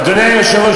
אדוני היושב-ראש,